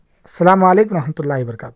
السلام علیکم ورحمۃ اللہ وبرکاتہ